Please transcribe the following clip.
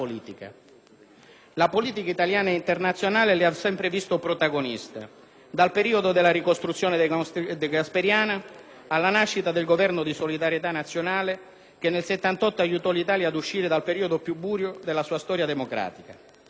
La politica italiana e internazionale l'ha sempre visto protagonista; dal periodo della ricostruzione degasperiana alla nascita del Governo di solidarietà nazionale, che nel 1978 aiutò l'Italia ad uscire dal periodo più buio della sua storia democratica.